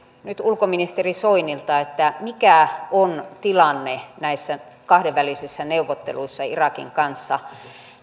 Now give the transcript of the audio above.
nyt ulkoministeri soinilta mikä on tilanne näissä kahdenvälisissä neuvotteluissa irakin kanssa